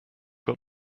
got